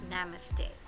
Namaste